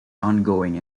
ongoing